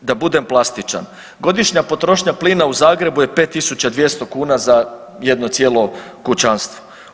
Da budem plastičan, godišnja potrošnja plina u Zagrebu je 52000 kuna za jedno cijelo kućanstvo.